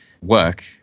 work